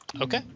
okay